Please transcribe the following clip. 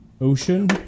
ocean